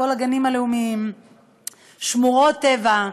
לכל הגנים הלאומיים ושמורות הטבע.